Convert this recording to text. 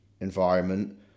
environment